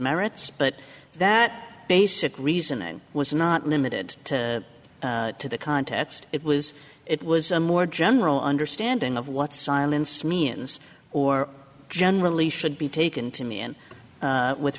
merits but that basic reasoning was not limited to the context it was it was a more general understanding of what silence means or generally should be taken to mean with